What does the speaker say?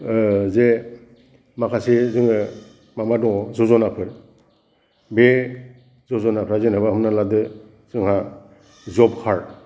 जे माखासे जोङो माबा दङ जज'नाफोर बे जज'नाफ्रा जेनबा हमना लादो जोंहा जब कार्द